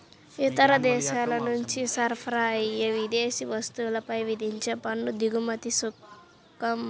ఇతర దేశాల నుంచి సరఫరా అయ్యే విదేశీ వస్తువులపై విధించే పన్ను దిగుమతి సుంకం